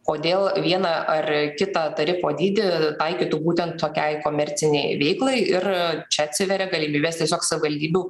kodėl vieną ar kitą tarifo dydį taikytų būtent tokiai komercinei veiklai ir čia atsiveria galimybės tiesiog savivaldybių